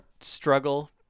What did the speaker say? struggle